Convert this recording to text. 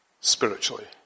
Spiritually